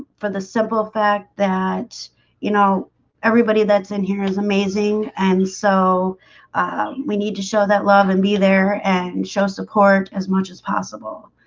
for the simple fact that you know everybody that's in here is amazing. and so we need to show that love and be there and show support as much as possible.